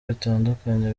bitandukanye